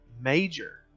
major